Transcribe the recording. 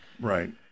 Right